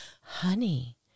honey